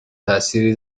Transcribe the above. تاثیری